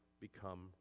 become